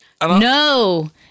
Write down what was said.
no